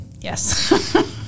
yes